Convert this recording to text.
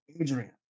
Adrian